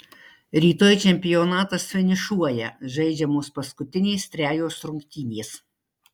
rytoj čempionatas finišuoja žaidžiamos paskutinės trejos rungtynės